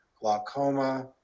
glaucoma